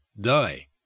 die